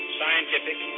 scientific